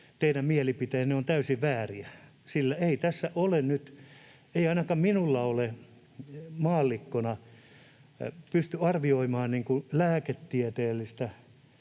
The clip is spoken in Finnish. teidän mielipiteenne ovat täysin vääriä, sillä en ainakaan minä maallikkona pysty arvioimaan lääketieteellisesti